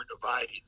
divided